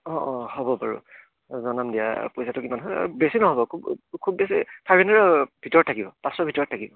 অঁ অঁ হ'ব বাৰু জনাম দিয়া পইচাটো কিমান হয় বেছি নহ'ব খুব খুব বেছি ফাইভ হাণ্ড্ৰেডৰ ভিতৰত থাকিব পাঁচশ ভিতৰত থাকিব